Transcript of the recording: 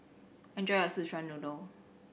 enjoy your Szechuan Noodle